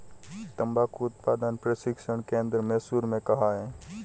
तंबाकू उत्पादन प्रशिक्षण केंद्र मैसूर में कहाँ है?